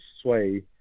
sway